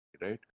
right